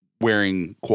wearing